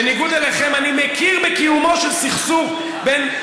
בניגוד אליכם אני מכיר בקיומו של סכסוך בין